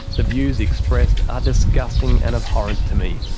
the views expressed are disgusting and abhorrent to me.